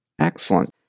Excellent